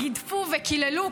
גידפו וקיללו,